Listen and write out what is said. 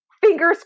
Fingers